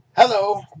Hello